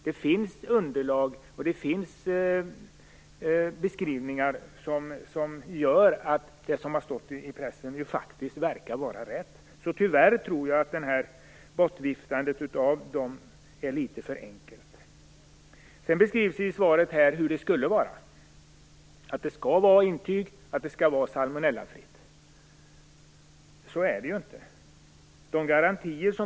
Det finns underlag och beskrivningar som visar att uppgifterna faktiskt verkar vara riktiga. Tyvärr tror jag att det här bortviftandet av uppgifterna är litet för enkelt. I svaret beskrivs hur det borde vara. Det skall finnas intyg på att köttet är salmonellafritt. Men så är det inte.